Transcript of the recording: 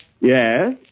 Yes